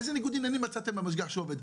איזה ניגוד עניינים מצאתם במשגיח שעובד?